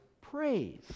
praise